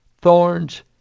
thorns